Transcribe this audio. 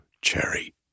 cherry